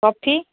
coffee